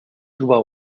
trobar